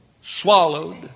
swallowed